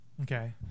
Okay